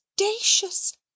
audacious